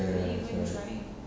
ya try